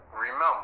Remember